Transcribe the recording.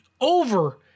over